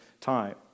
time